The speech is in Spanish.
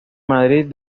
madrid